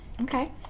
Okay